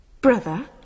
Brother